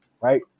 right